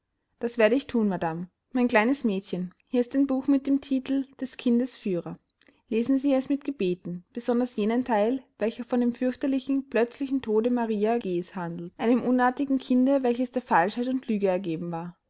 das werde ich thun madame mein kleines mädchen hier ist ein buch mit dem titel des kindes führer lesen sie es mit gebeten besonders jenen teil welcher von dem fürchterlichen plötzlichen tode marta g s handelt einem unartigen kinde welches der falschheit und lüge ergeben war